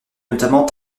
notamment